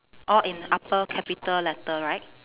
all in upper capital letter right